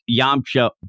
Yamcha